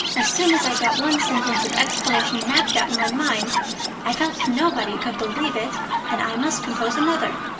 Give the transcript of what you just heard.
as soon as i got one sentence of explanation mapped out in my mind i felt nobody could believe it and i must compose another.